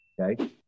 okay